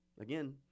again